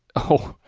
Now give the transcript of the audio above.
oh.